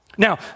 Now